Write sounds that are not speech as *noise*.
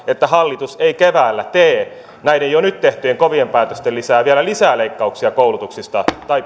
että hallitus ei keväällä tee näiden jo nyt tehtyjen kovien päätösten lisäksi vielä lisää leikkauksia koulutuksista tai *unintelligible*